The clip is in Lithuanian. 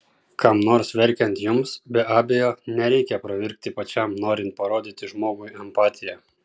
kam nors verkiant jums be abejo nereikia pravirkti pačiam norint parodyti žmogui empatiją